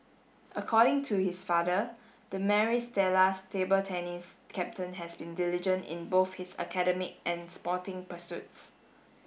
according to his father the Maris Stella table tennis captain has been diligent in both his academic and sporting pursuits